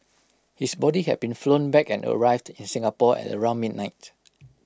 his body had been flown back and arrived in Singapore at around midnight